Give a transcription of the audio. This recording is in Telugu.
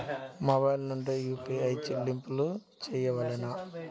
మొబైల్ నుండే యూ.పీ.ఐ చెల్లింపులు చేయవలెనా?